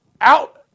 out